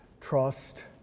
trust